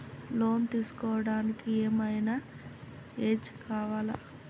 Loan తీస్కోవడానికి ఏం ఐనా ఏజ్ కావాలా?